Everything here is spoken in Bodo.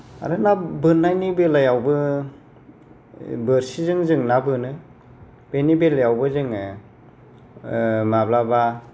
आरो ना बोननायनि बेलायावबो बोरसिजों जोंना बोनो बेनि बेलायावबो जोङो माब्लाबा